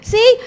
See